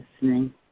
listening